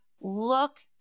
Look